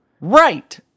right